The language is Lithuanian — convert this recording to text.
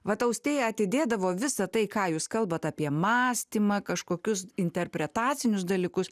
vat austėja atidėdavo visą tai ką jūs kalbat apie mąstymą kažkokius interpretacinius dalykus